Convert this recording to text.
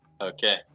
Okay